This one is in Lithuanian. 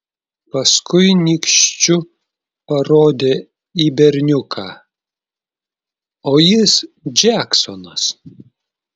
paskui nykščiu parodė į berniuką o jis džeksonas